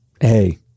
hey